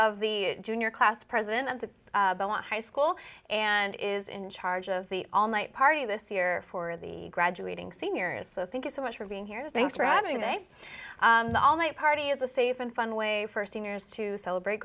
of the junior class president of the high school and is in charge of the all night party this year for the graduating seniors so thank you so much for being here thanks for having me the all night party is a safe and fun way for seniors to celebrate